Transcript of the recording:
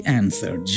answered